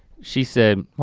she said